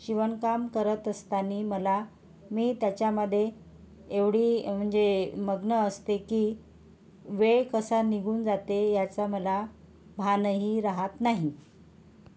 शिवणकाम करत असताना मला मी त्याच्यामधे एवढी म्हणजे मग्न असते की वेळ कसा निघून जाते ह्याचा मला भानही राहात नाही